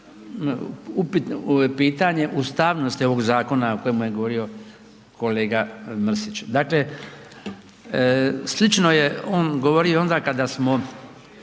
pitanje ustavnosti ovog zakona o kojemu je govorio kolega Mrsić, dakle slično je on govorio onda kada smo